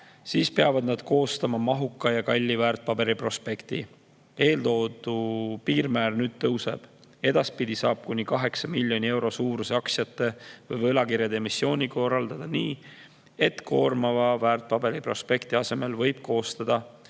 siis peavad nad koostama mahuka ja kalli väärtpaberiprospekti. Eeltoodu piirmäär nüüd tõuseb. Edaspidi saab kuni 8 miljoni euro suuruse aktsia- või võlakirjaemissiooni korraldada nii, et koormava väärtpaberiprospekti asemel võib koostada